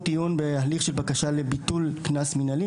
עיון בהליך של בקשה לביטול קנס מינהלי